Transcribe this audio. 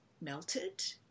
melted